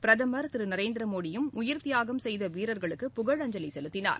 பிரதமர் திரு நரேந்திரமோடியும் உயிர்த்தியாகம் செய்த வீரர்களுக்கு புகழஞ்சலி செலுத்தினார்